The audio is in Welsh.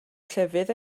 llefydd